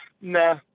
nah